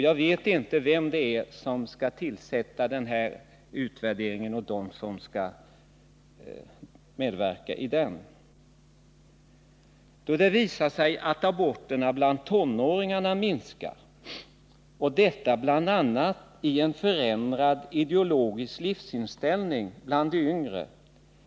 Jag vet inte vem som skall sätta i gång denna utvärdering och inte heller vilka som skall medverka i den. Det visar sig att aborterna bland tonåringar minskar, och detta sker bl.a. parallellt med en förändrad ideologisk livsinställning bland de yngre.